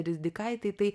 ridikaitei tai